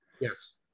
Yes